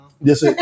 Yes